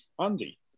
Andy